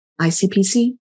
ICPC